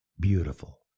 beautiful